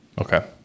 Okay